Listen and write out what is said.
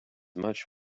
much